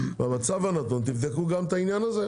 במצב הנתון תבדקו גם את העניין הזה.